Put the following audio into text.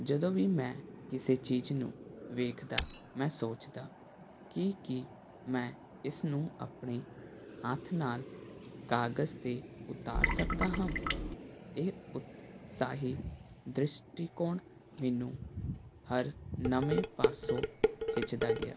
ਜਦੋਂ ਵੀ ਮੈਂ ਕਿਸੇ ਚੀਜ਼ ਨੂੰ ਵੇਖਦਾ ਮੈਂ ਸੋਚਦਾ ਕਿ ਕੀ ਮੈਂ ਇਸ ਨੂੰ ਆਪਣੇ ਹੱਥ ਨਾਲ ਕਾਗਜ਼ 'ਤੇ ਉਤਾਰ ਸਕਦਾ ਹਾਂ ਇਹ ਉਤਸਾਹੀ ਦ੍ਰਿਸ਼ਟੀਕੋਣ ਮੈਨੂੰ ਹਰ ਨਵੇਂ ਪਾਸੋਂ ਖਿੱਚਦਾ ਗਿਆ